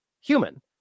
human